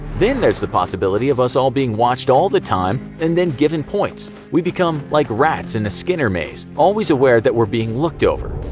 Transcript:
then there's the possibility of us being watched all the time and then given points. we become like rats in a skinner maze, always aware that we are being looked over.